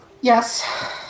Yes